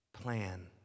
plan